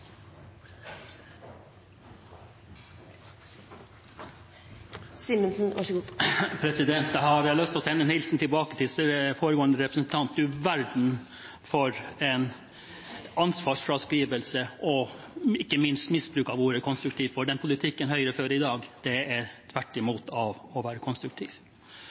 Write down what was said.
Jeg har lyst å sende en hilsen tilbake til foregående representant: Du verden for en ansvarsfraskrivelse og ikke minst en misbruk av ordet «konstruktiv», for den politikken Høyre fører i dag, er det motsatte av å være konstruktiv.